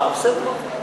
אה, בסדר גמור.